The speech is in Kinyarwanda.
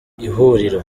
ihuriro